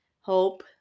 hope